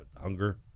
hunger